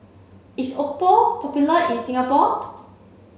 is Oppo popular in Singapore